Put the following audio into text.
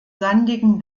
sandigen